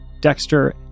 Dexter